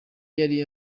yari